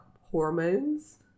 hormones